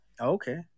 okay